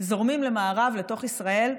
זורמים למערב, לתוך ישראל,